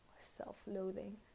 self-loathing